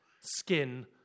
skin